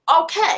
Okay